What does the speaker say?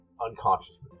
unconsciousness